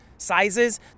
sizes